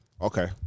Okay